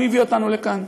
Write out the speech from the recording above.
הוא הביא אותנו לכאן.